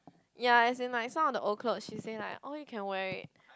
ya as in like some of the old clothes she said like all you can wear it